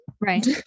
right